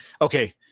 Okay